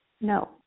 No